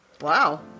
Wow